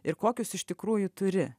ir kokius iš tikrųjų turi